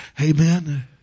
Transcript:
Amen